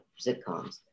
sitcoms